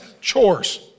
chores